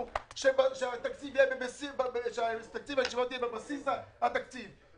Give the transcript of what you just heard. שהתקציב הישיבות יהיה בבסיס של התקציב,